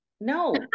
no